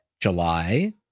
July